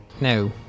No